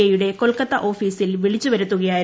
I യുടെ കൊൽക്കത്ത ഓഫീസിൽ വിളിച്ച് വരുത്തുകയായിരുന്നു